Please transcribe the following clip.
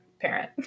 parent